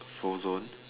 frozen